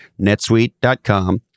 NetSuite.com